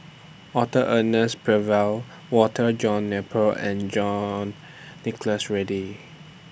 Arthur Ernest Percival Walter John Napier and John Nicholas Ridley